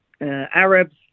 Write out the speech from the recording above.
Arabs